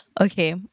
Okay